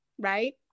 right